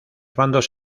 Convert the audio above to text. bandos